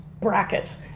brackets